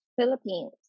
Philippines